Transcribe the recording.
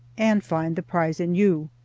and find the prize in you.